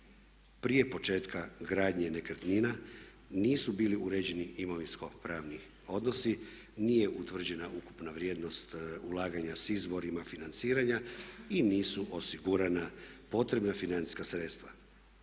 Prije početka gradnje nekretnina nisu bili uređeni imovinsko pravni odnosi, nije utvrđena ukupna vrijednost ulaganja s izvorima financiranja i nisu osigurana potrebna financijska sredstva,